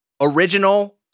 original